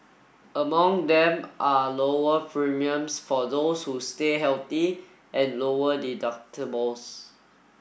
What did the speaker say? among them are lower premiums for those who stay healthy and lower deductibles